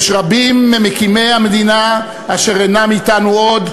רבים ממקימי המדינה אינם אתנו עוד,